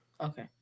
Okay